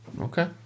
Okay